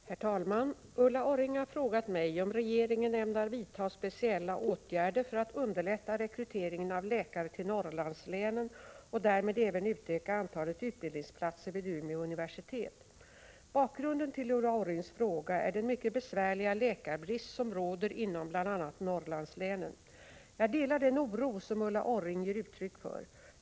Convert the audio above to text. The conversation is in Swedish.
Herr talman! Ulla Orring har frågat mig om regeringen ämnar vidta speciella åtgärder för att underlätta rekryteringen av läkare till Norrlandslänen och därmed även utöka antalet utbildningsplatser vid Umeå universitet. Bakgrunden till Ulla Orrings fråga är den mycket besvärliga läkarbrist som råder inom bl.a. Norrlandslänen. Jag delar den oro som Ulla Orring ger uttryck för.